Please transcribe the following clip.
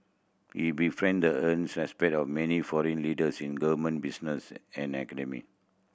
he befriended earns respect of many foreign leaders in government business and academia